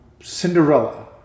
Cinderella